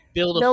Build